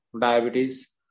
Diabetes